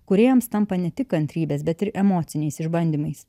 kūrėjams tampa ne tik kantrybės bet ir emociniais išbandymais